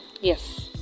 yes